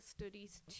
studies